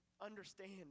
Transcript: understand